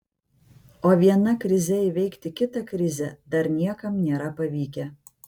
o viena krize įveikti kitą krizę dar niekam nėra pavykę